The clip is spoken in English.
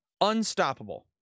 Unstoppable